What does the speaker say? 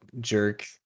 jerk